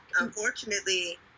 Unfortunately